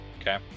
okay